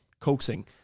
coaxing